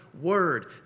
word